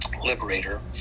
liberator